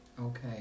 Okay